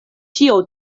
ĉio